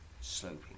sloping